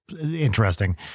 interesting